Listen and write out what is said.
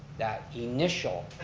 that initial,